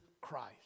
Christ